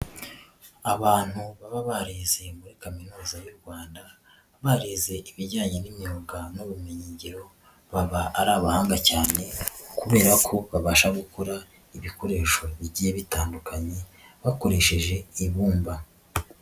Abantu baba barizeye muri Kaminuza y'u Rwanda, barize ibijyanye n'imyuga n'ubumenyingiro, baba ari abahanga cyane kubera ko babasha gukora ibikoresho bigiye bitandukanye bakoresheje ibumba.